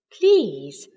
Please